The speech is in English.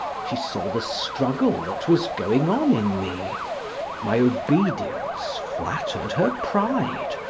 she saw the struggle that was going on in me my obedience flattered her pride,